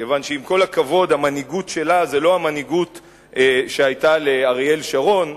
כיוון שעם כל הכבוד המנהיגות שלה זה לא המנהיגות שהיתה לאריאל שרון,